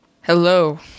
Hello